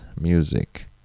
music